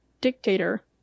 dictator